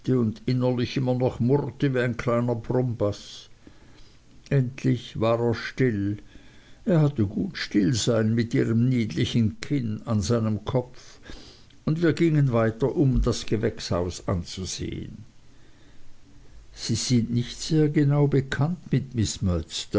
und innerlich immer noch murrte wie ein kleiner brummbaß endlich war er still er hatte gut still sein mit ihrem niedlichen kinn auf seinem kopf und wir gingen weiter um uns das gewächshaus anzusehen sie sind nicht sehr genau bekannt mit